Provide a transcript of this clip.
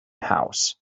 house